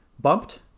bumped